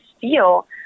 feel